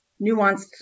nuanced